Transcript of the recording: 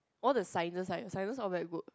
all the sciences right your sciences all very good